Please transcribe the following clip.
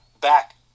back